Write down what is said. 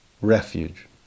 refuge